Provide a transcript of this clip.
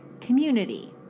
community